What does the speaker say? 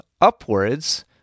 upwards